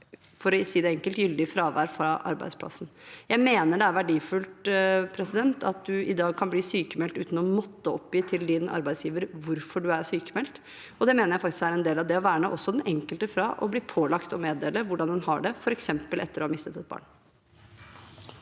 for å si det enkelt, gyldig fravær fra arbeidsplassen. Jeg mener det er verdifullt at du i dag kan bli sykmeldt uten å måtte oppgi til din arbeidsgiver hvorfor du er sykmeldt, og det mener jeg faktisk er en del av det å verne også den enkelte fra å bli pålagt å meddele hvordan en har det f.eks. etter å ha mistet et barn.